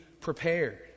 prepared